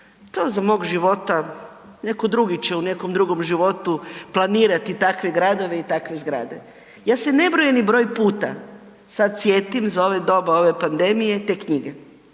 to za mog života, netko drugi će u nekom drugom životu planirati takve gradove i takve zgrade. Ja se nebrojeni broj puta sad sjetim za ove doba, ove pandemije te knjige,